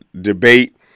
debate